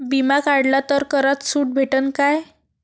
बिमा काढला तर करात सूट भेटन काय?